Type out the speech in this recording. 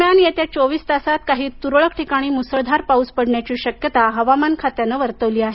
दरम्यान येत्या चोवीस तासात काही तूरळक ठिकाणी मुसळधार पाऊस पडण्याची शक्यता हवामान खात्यानं वर्तवली आहे